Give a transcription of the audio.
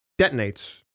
detonates